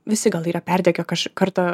visi gal yra perdegę kaž kartą